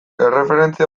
erreferentzia